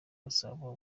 gasabo